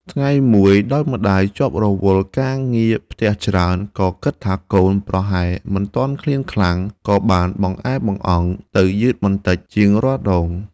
ថ្ងៃមួយ ដោយម្ដាយជាប់រវល់ការងារផ្ទះច្រើន និងគិតថាកូនប្រហែលមិនទាន់ឃ្លានខ្លាំង ក៏បានបង្អែបង្អង់ទៅយឺតបន្តិចជាងរាល់ដង។